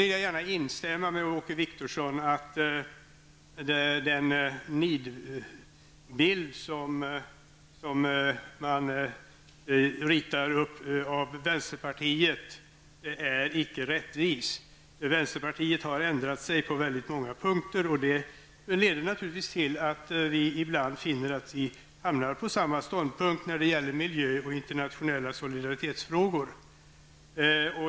Jag håller med Åke Wictorsson om att den nidbild som man ritar av vänsterpartiet inte är rättvis. Vänsterpartiet har ändrat sig på väldigt många punkter. Det leder naturligtvis till att vi ibland finner att vi hamnar på samma ståndpunkt när det gäller miljöfrågor och internationella solidaritetsfrågor.